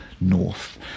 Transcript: north